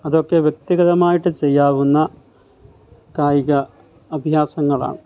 അതൊക്കെ വ്യക്തിഗതമായിട്ട് ചെയ്യാവുന്ന കായിക അഭ്യാസങ്ങളാണ്